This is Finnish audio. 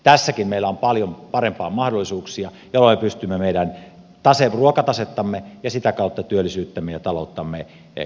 tässäkin meillä on paljon parempia mahdollisuuksia joilla me pystymme meidän ruokatasettamme ja sitä kautta työllisyyttämme ja talouttamme kohentamaan